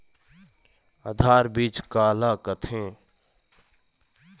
आधार बीज का ला कथें?